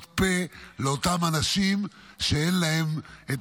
להיות פה לאותם אנשים שאין להם את